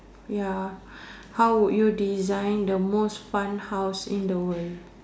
ya how would you design the most fun house in the world